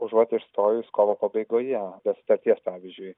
užuot išstojus kovo pabaigoje be sutarties pavyzdžiui